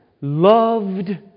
loved